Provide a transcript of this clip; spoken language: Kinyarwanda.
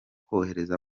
kohereza